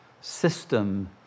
system